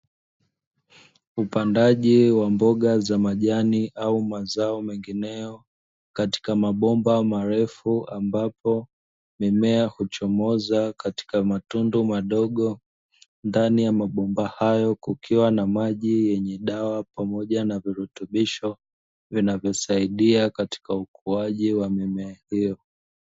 Upandaji wa mboga za majani, au mazao mengineyo katika mabomba marefu ambapo mimea huchomoza katika matundu madogo, ndani ya mabomba hayo kukiwa na maji yenye virutubisho vinavyosaidia katika ukuaji wa mimea hiyo.